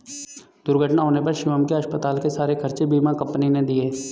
दुर्घटना होने पर शिवम के अस्पताल के सारे खर्चे बीमा कंपनी ने दिए